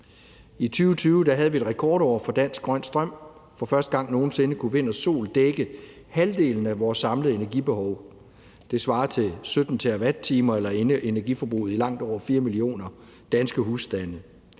I 2020 havde vi et rekordår for dansk grøn strøm – for første gang nogen sinde kunne energi fra vind og sol dække halvdelen af vores samlede energibehov. Det svarer til 17 terawatt-timer eller energiforbruget i langt over 4 millioner danske husstande.